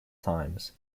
times